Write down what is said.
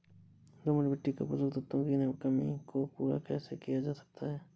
दोमट मिट्टी में पोषक तत्वों की कमी को पूरा कैसे किया जा सकता है?